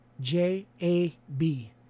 J-A-B